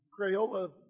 Crayola